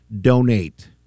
Donate